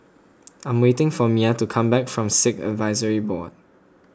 I am waiting for Myah to come back from Sikh Advisory Board